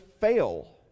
fail